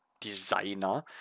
designer